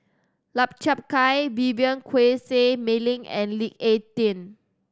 Lau Chiap Khai Vivien Quahe Seah Mei Lin and Lee Ek Tieng